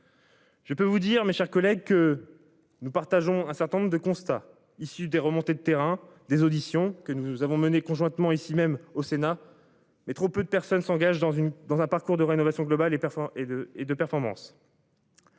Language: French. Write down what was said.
Je peux vous dire, mes chers collègues que nous partageons un certain nombre de constats issus des remontées de terrain des auditions que nous avons menée conjointement, ici même au Sénat, mais trop peu de personnes s'engage dans une dans un parcours de rénovation globale et performant